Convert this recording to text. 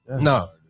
no